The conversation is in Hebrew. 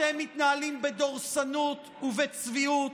אתם מתנהלים בדורסנות ובצביעות.